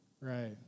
right